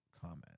comment